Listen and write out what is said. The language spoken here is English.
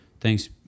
Thanks